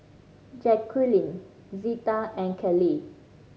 Jacqulyn Zeta and Kaley